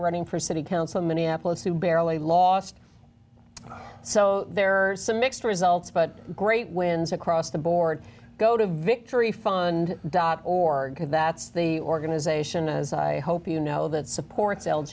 running for city council minneapolis who barely lost so there are some mixed results but great wins across the board go to victory fund dot org that's the organization as i hope you know that support